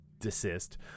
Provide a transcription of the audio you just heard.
desist